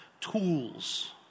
tools